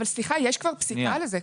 אבל סליחה, יש כבר פסיקה לזה.